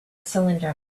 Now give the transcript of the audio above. cylinder